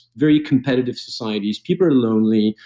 very competitive societies. people are lonely,